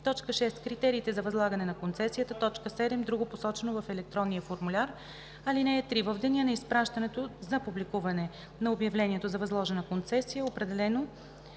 6. критериите за възлагане на концесията; 7. друго, посочено в електронния формуляр. (3) В деня на изпращането за публикуване на обявлението за възложена концесия определено